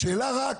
השאלה רק,